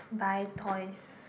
buy toys